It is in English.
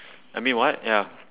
I mean what ya